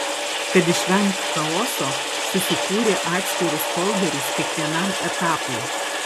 kad išvengt chaoso susikūrė atskirus folderius kiekvienam etapui